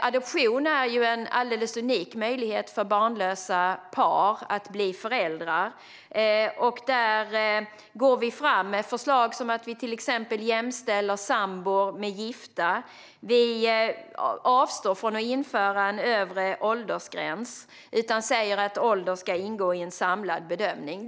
Adoption är en unik möjlighet för barnlösa par att bli föräldrar. Vi lägger fram förslag om att jämställa sambor med gifta, och vi avstår från att införa en övre åldersgräns och säger att ålder ska ingå i en samlad bedömning.